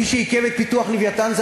מי שעיכב את פיתוח "לווייתן" זה